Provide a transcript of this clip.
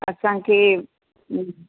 असांखे